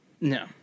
No